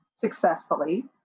successfully